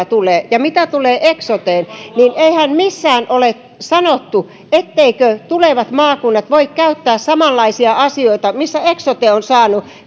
tulee mitä tulee eksoteen niin eihän missään ole sanottu etteivätkö tulevat maakunnat voi käyttää samanlaisia asioita missä eksote on saanut